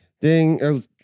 Ding